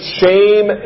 shame